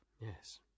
Yes